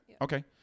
Okay